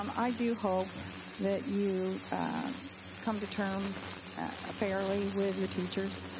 um i do hope that you come to terms fairly with your teachers.